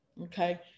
okay